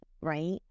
right